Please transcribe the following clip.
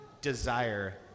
desire